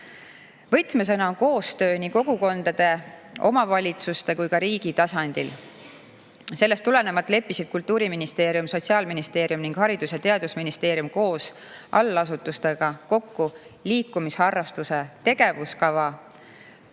aastale. Võtmesõna on koostöö nii kogukondade, omavalitsuste kui ka riigi tasandil. Sellest tulenevalt leppisid Kultuuriministeerium, Sotsiaalministeerium ning Haridus‑ ja Teadusministeerium koos allasutustega kokku liikumisharrastuse tegevuskava aastani